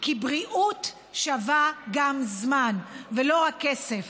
כי בריאות שווה גם זמן ולא רק כסף.